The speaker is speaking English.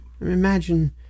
imagine